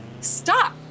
stop